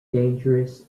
dangerous